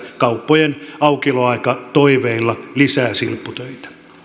kauppojen aukioloaikatoiveilla lisäämässä silpputöitä